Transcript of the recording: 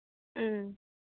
ꯎꯝ